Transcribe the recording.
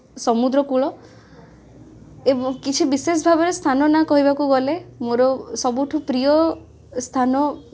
ରାଜ୍ୟର ରାଜା ହେବା ସୂଚନା ମିଳୁ ମିଳୁ ଶ୍ରୀରାମଙ୍କୁ ଚଉଦବର୍ଷ ବନବାସ ଭୋଗିବାକୁ ପଡ଼ିଥିଲା